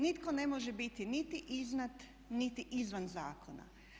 Nitko ne može biti niti iznad niti izvan zakona.